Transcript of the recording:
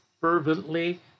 fervently